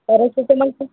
paracetamol